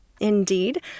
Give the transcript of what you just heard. Indeed